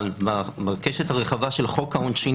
בקשת הרחבה של חוק העונשין,